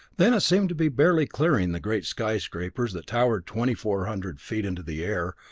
then it seemed to be barely clearing the great skyscrapers that towered twenty-four hundred feet into the air,